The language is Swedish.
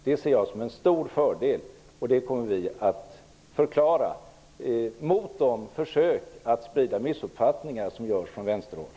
Det ser jag som en stor fördel, och det kommer vi att förklara mot de försök att sprida missuppfattningar som görs från vänsterhåll.